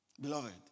Beloved